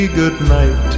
goodnight